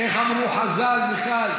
איך אמרו חז"ל, מיכל?